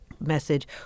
message